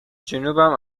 جنوبم